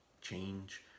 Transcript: change